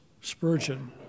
Spurgeon